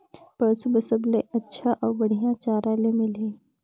पशु बार सबले अच्छा अउ बढ़िया चारा ले मिलही?